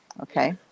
okay